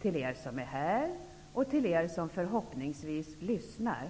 till er som är här och till er som förhoppningsvis lyssnar.